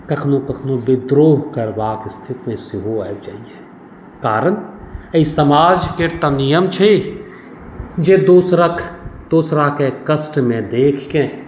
कखनहु कखनहु विद्रोह करबाक स्थितिमे सेहो आबि जाइए कारण एहि समाज केर तऽ नियम छै जे दोसरक दोसराकेँ कष्टमे देखिकेँ